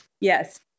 Yes